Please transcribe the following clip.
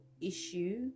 issue